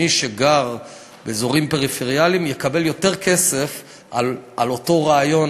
מי שגר באזורים פריפריאליים יקבל יותר כסף על אותו רעיון,